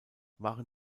waren